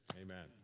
Amen